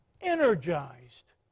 energized